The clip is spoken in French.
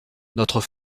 notre